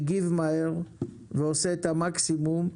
מגיב מהר, ועושה את המקסימום,